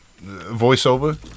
voiceover